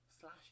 slash